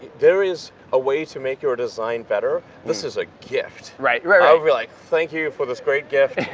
there is a way to make your design better, this is a gift. right, right, right. like thank you for this great gift,